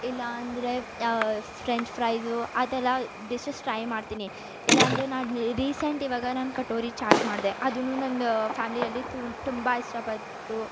ಇಲ್ಲಾಂದ್ರೆ French fries ಆ ಥರ ಡಿಶಸ್ ಟ್ರೈ ಮಾಡ್ತೀನಿ ಇಲ್ಲಾಂದ್ರೆ ನಾನು ರೀಸೆಂಟ್ ಇವಾಗ ನಾನು ಕಟೋರಿ ಚಾಟ್ ಮಾಡಿದೆ ಅದೂ ನನ್ನ ಫ್ಯಾಮಿಲಿಯಲ್ಲಿ ತುಂಬ ಇಷ್ಟಪಟ್ಟರು